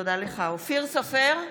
אופיר סופר,